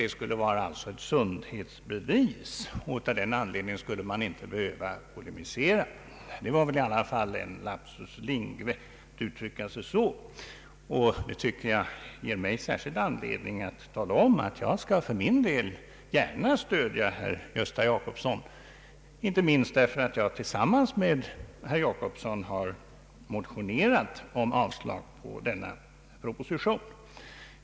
Detta skulle vara ett sundhetsbevis, och av den anledningen skulle herr Ericsson inte behöva polemisera mot förslaget. Det var väl i alla fall en lapsus linguae att uttrycka sig så. Det ger mig särskild anledning att här säga att jag för min del gärna skall stödja herr Gösta Jacobsson, inte minst därför att jag tillsammans med honom har motionerat om avslag på propositionen.